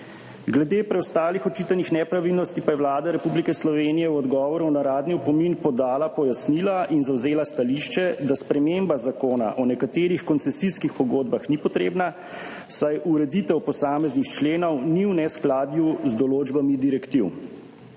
Glede preostalih očitanih nepravilnosti pa je Vlada Republike Slovenije v odgovoru na uradni opomin podala pojasnila in zavzela stališče, da sprememba Zakona o nekaterih koncesijskih pogodbah ni potrebna, saj ureditev posameznih členov ni v neskladju z določbami direktiv.